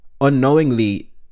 unknowingly